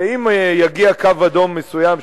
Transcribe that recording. ואם יגיע קו אדום מסוים,